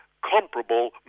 comparable